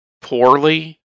poorly